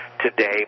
today